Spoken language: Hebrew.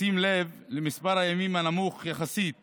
ובשים לב למספר הימים הנמוך יחסית